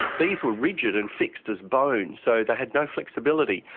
these were rigid and fixed as bone, so they had no flexibility.